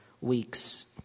weeks